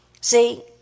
see